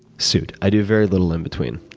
suit. i do very little in between.